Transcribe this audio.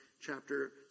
chapter